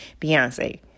beyonce